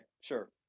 sure